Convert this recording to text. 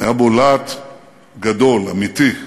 היה בו להט גדול, אמיתי,